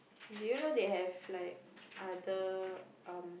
do you know they have like other uh